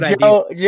joe